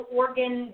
organ